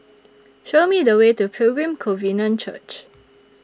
Show Me The Way to Pilgrim Covenant Church